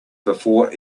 before